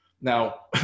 now